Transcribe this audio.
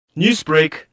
Newsbreak